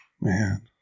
Man